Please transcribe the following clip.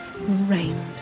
rained